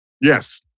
Yes